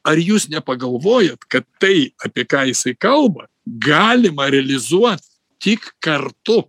ar jūs nepagalvojot kad tai apie ką jisai kalba galima realizuot tik kartu